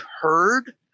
heard